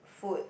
food